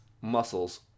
muscles